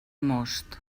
most